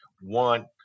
One